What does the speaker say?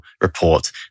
report